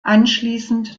anschließend